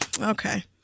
Okay